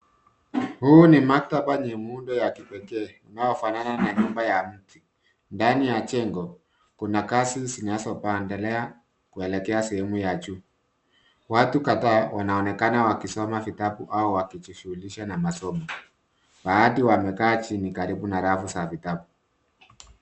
Huu ni maktaba yenye muundo ya kipekee unaofanana na nyumba ya mti. Ndani ya jengo kuna ngazi zinazopanda kuelekea sehemu ya juu. Watu kadhaa wanaonekana wakisoma vitabu au wakijishughulisha na masomo . Baadhi wamekaa chini karibu na rafu za vitabu.